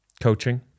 coaching